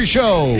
Show